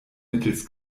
mittels